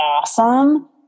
awesome